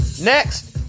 Next